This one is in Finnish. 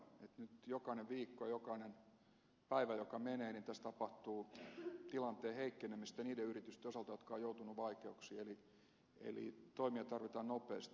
nyt jokainen viikko jokainen päivä joka menee tässä tapahtuu tilanteen heikkenemistä niiden yritysten osalta jotka ovat joutuneet vaikeuksiin eli toimia tarvitaan nopeasti